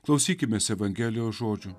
klausykimės evangelijos žodžių